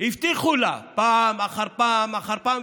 הבטיחו לה פעם אחר פעם אחר פעם אחר פעם,